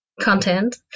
content